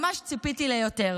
ממש ציפיתי ליותר.